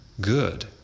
good